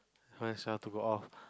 to go off